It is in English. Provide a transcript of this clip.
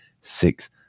six